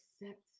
accept